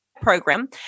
program